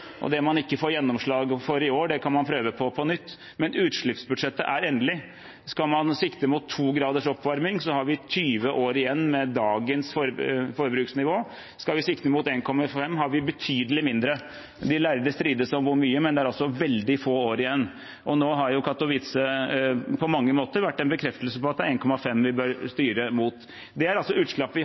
og det man ikke får gjennomslag for i år, kan man prøve på på nytt. Men utslippsbudsjettet er endelig. Skal vi sikte mot 2 graders oppvarming, har vi 20 år igjen med dagens forbruksnivå. Skal vi sikte mot 1,5, har vi betydelig færre. De lærde strides om hvor mye, men det er veldig få år igjen, og nå har Katowice på mange måter vært en bekreftelse på at det er 1,5 vi bør styre mot. Dette er utslipp vi har igjen på vegne av alle som kommer etter oss. Det er ikke utslipp vi